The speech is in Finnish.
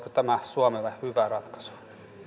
tämä suomelle hyvä ratkaisu